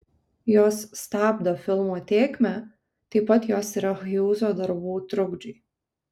jos stabdo filmo tėkmę taip pat jos yra hjūzo darbų trukdžiai